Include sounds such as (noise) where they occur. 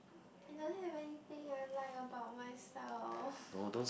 i don't anything I like about myself (breath)